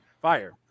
fire